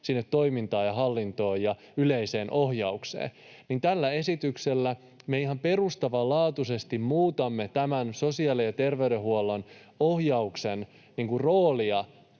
sinne toimintaan, hallintoon ja yleiseen ohjaukseen? Tällä esityksellä me ihan perustavanlaatuisesti muutamme tämän sosiaali- ja terveydenhuollon ohjauksen roolia